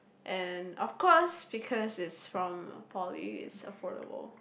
and of course because it's from Poly it's affordable